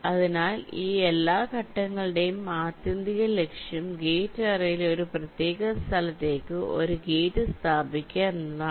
അതിനാൽ ഈ എല്ലാ ഘട്ടങ്ങളുടെയും ആത്യന്തിക ലക്ഷ്യം ഗേറ്റ് അറേയിലെ ഒരു പ്രത്യേക സ്ഥലത്തേക്ക് ഒരു ഗേറ്റ് സ്ഥാപിക്കുക എന്നതാണ്